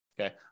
Okay